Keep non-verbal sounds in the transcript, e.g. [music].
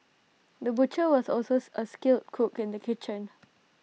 the butcher was also [unintelligible] A skilled cook in the kitchen